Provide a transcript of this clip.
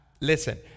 listen